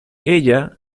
ella